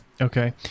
Okay